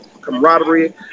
camaraderie